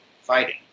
fighting